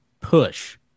push